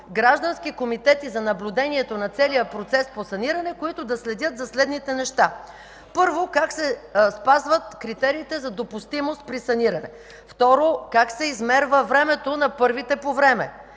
граждански комитети за наблюдението на целия процес по саниране, които да следят за следните неща: 1. как се спазват критериите за допустимост при саниране; 2. как се измерва времето на първите по време;